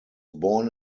born